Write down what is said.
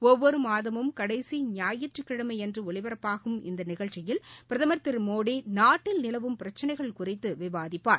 ஒவ்வொரு மாதமும் கடைசி குாயிற்றுக்கிழமையன்று ஒலிபரப்பாகும் இந்த நிகழ்ச்சியில் பிரதமர் திரு மோடி நாட்டில் நிலவும் பிரச்னைகள் குறித்து விவாதிப்பார்